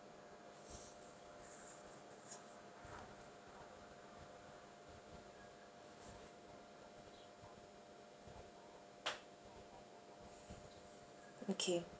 okay